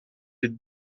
les